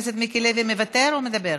מוותר או מדבר?